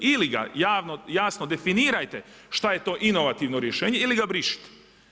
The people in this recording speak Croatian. Ili ga jasno definirajte šta je to inovativno rješenje ili ga brišite.